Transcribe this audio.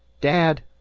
dad,